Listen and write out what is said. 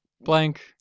Blank